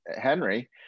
Henry